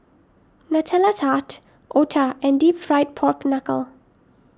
Nutella Tart Otah and Deep Fried Pork Knuckle